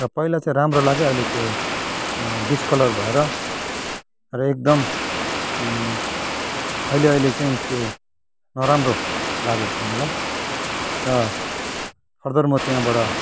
र पहिला चाहिँ राम्रो लाग्यो अहिले त्यो डिसकलर भएर र एकदम अहिले अहिले चाहिँ त्यो नराम्रो लागेको छ मलाई र फर्दर म त्यहाँबाट